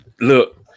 Look